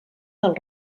del